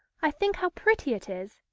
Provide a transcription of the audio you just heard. i think how pretty it is.